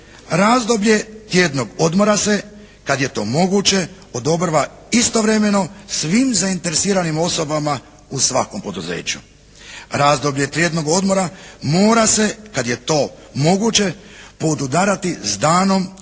razdoblje tjednog odmora se kad je to moguće odobrava istovremeno svim zainteresiranim osobama u svakom poduzeću. Razdoblje tjednog odmora mora se kad je to moguće podudarati s danom u tjednu